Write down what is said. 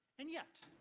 and yet,